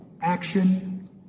action